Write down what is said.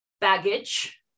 baggage